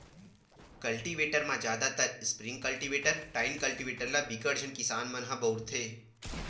cultivator म जादातर spring cultivator, tine cultivator ल बिकट झन किसान मन ह बउरथे